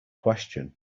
question